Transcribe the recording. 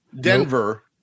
Denver